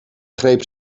greep